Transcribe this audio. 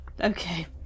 okay